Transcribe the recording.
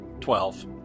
Twelve